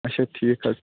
اَچھا ٹھیٖک حظ